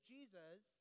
Jesus